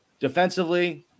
Defensively